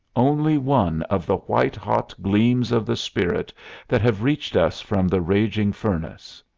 only one of the white-hot gleams of the spirit that have reached us from the raging furnace.